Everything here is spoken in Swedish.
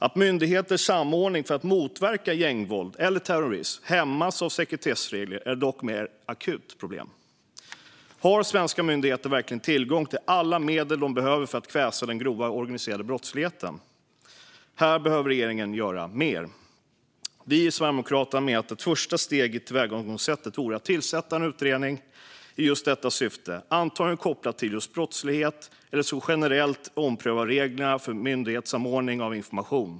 Att myndigheters samordning för att motverka gängvåld eller terrorism hämmas av sekretessregler är dock ett mer akut problem. Har svenska myndigheter verkligen tillgång till alla medel de behöver för att kväsa den grova organiserade brottsligheten? Här behöver regeringen göra mer. Vi i Sverigedemokraterna menar att ett första steg i tillvägagångssättet vore att tillsätta en utredning i just detta syfte, antingen kopplad till just brottslighet eller som generellt omprövar reglerna om myndighetssamordning av information.